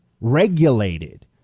regulated